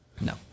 No